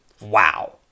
wow